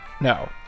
no